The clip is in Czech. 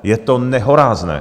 Je to nehorázné!